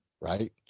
Right